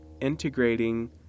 integrating